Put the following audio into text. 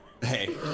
Hey